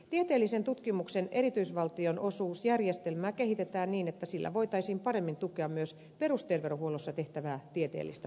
tieteellisen tutkimuksen erityisvaltionosuusjärjestelmää kehitetään niin että sillä voitaisiin paremmin tukea myös perusterveydenhuollossa tehtävää tieteellistä tutkimusta